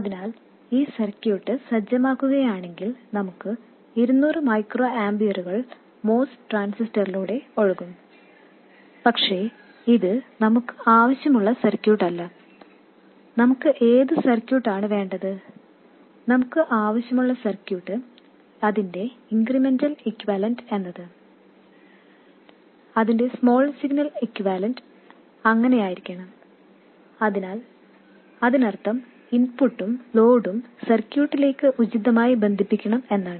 അതിനാൽ ഈ സർക്യൂട്ട് സജ്ജമാക്കുകയാണെങ്കിൽ നമുക്ക് 200 മൈക്രോ ആമ്പിയറുകൾ MOS ട്രാൻസിസ്റ്ററിലൂടെ ഒഴുകും പക്ഷേ ഇത് നമുക്ക് ആവശ്യമുള്ള സർക്യൂട്ട് അല്ല നമുക്ക് ഏത് സർക്യൂട്ട് ആണ് വേണ്ടത് നമുക്ക് ആവശ്യമുള്ള സർക്യൂട്ട് അതിന്റെ ഇൻക്രിമെന്റൽ ഇക്യുവാലെൻറ് അല്ലെങ്കിൽ അതിന്റെ സ്മോൾ സിഗ്നൽ ഇക്യുവാലെൻറ് അങ്ങനെയായിരിക്കണം അതിനാൽ അതിനർത്ഥം ഇൻപുട്ടും ലോഡും സർക്യൂട്ടിലേക്ക് ഉചിതമായി ബന്ധിപ്പിക്കണം എന്നാണ്